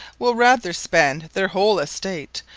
will rather spend their whole estate,